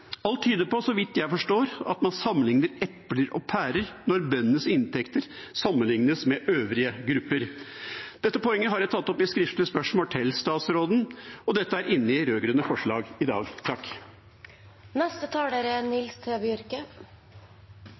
Så vidt jeg forstår, tyder alt på at man sammenligner epler og pærer når bøndenes inntekter sammenlignes med øvrige grupper. Dette poenget har jeg tatt opp i et skriftlig spørsmål til statsråden, og det er inne i rød-grønne forslag i dag.